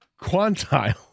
quantile